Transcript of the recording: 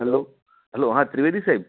hello hello હા ત્રિવેદી સાહેબ